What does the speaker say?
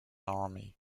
army